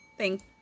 Thank